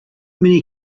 many